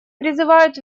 призывают